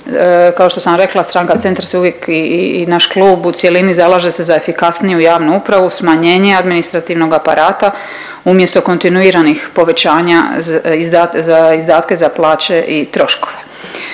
Kao što sam rekla stranka Centra se uvijek i naš klub u cjelini zalaže se za efikasniju javnu upravu, smanjenje administrativnog aparata umjesto kontinuiranih povećanja izdatke za plaće i troškove.